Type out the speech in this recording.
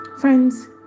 Friends